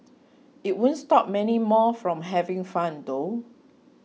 it won't stop many more from having fun though